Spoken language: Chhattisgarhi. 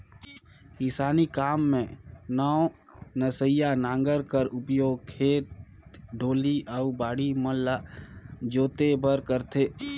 किसानी काम मे नवनसिया नांगर कर उपियोग खेत, डोली अउ बाड़ी मन ल जोते बर करथे